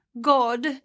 God